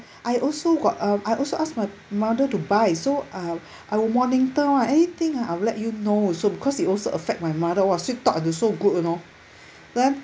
I also got um I also ask my mother to buy so uh I will monitor [one] anything I will let you know also because they also affect my mother [what] sweet talk until so good you know then